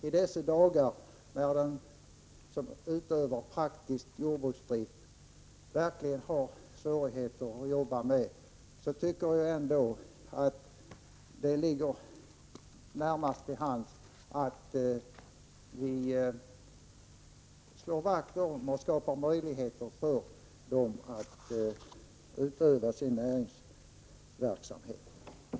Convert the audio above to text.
I dessa dagar, när den som utövar praktisk jordbruksdrift verkligen har svårigheter, tycker vi ändå att det ligger närmast till hands att skapa möjligheter att utöva näringsverksamheten.